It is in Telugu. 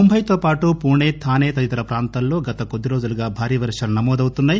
ముంబైతోపాటు పూణె థానే తదితర ప్రాంతాలలో గత కొద్దిరోజులుగా భారీ వర్షాలు నమోదౌతున్నాయి